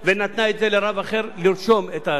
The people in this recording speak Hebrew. היה קמפיין,